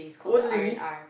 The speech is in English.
only